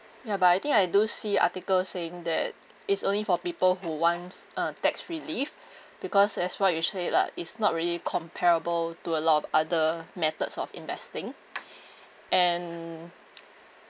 ya but I think I do see article saying that it's only for people who want uh tax relief because as what you say lah it's not really comparable to a lot of other methods of investing and